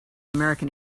american